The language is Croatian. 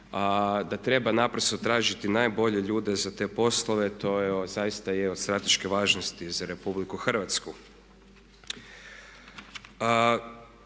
da treba naprosto tražiti najbolje ljude za te poslove. To zaista je od strateške važnosti za RH.